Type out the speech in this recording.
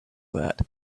that